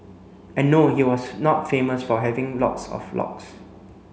and no he was not famous for having lots of locks